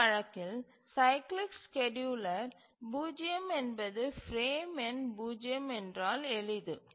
இந்த வழக்கில் cyclic scheduler 0 என்பது பிரேம் எண் 0 என்றால் எளிது